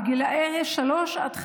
בגיל שלוש עד חמש,